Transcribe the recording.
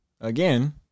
again